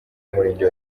umurenge